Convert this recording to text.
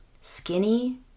skinny